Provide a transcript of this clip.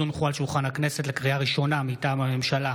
הצעת חוק שירות המדינה (מינויים)